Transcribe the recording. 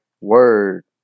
word